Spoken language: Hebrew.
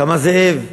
קם הזאב ואומר: